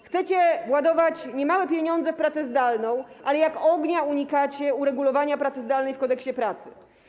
Chcecie ładować niemałe pieniądze w pracę zdalną, ale jak ognia unikacie uregulowania pracy zdalnej w Kodeksie pracy.